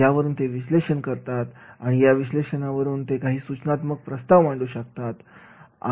यावरून ते विश्लेषण करतात आणि या विश्लेषणावरून ते काही सूचनात्मक प्रस्ताव मांडू शकतात